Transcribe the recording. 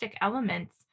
elements